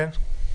כן.